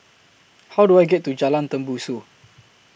How Do I get to Jalan Tembusu